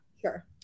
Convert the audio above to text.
Sure